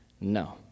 No